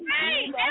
Hey